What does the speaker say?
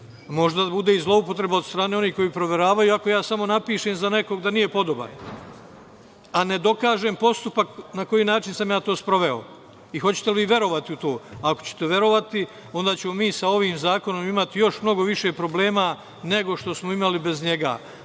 Može da bude i zloupotreba od strane onih koji proveravaju i ako ja samo napišem za nekoga da nije podoban, a ne dokažem postupak na koji način sam ja to sproveo. Hoćete li vi verovati u to? Ako ćete verovati onda ćemo mi sa ovim zakonom imati još mnogo više problema nego što smo imali bez njega.